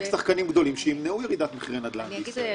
שחקנים גדולים שימנעו ירידת מחירי נדל"ן בישראל.